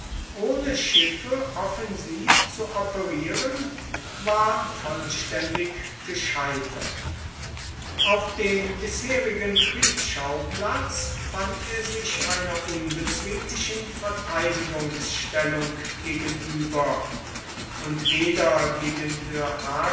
ohne schiffe offensiv zu operieren war vollständig gescheitert auf dem bisherigen kriegsschauplatz fand er sich einer unbezwinglichen verteidigungsstellung gegenüber und weder gegen